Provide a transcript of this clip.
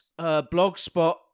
blogspot